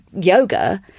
yoga